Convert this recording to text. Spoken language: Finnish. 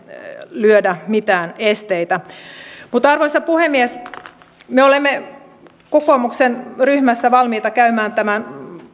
lyödä mitään esteitä mutta arvoisa puhemies me olemme kokoomuksen ryhmässä valmiita käymään tämän